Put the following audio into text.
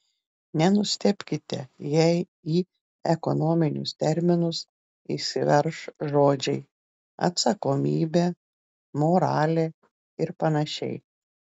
nenustebkite jei į ekonominius terminus įsiverš žodžiai atsakomybė moralė ir panašiai